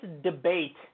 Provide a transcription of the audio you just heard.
debate